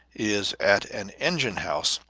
is at an engine-house,